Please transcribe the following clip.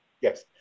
Yes